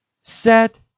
Set